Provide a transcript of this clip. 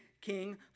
king